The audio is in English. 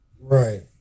Right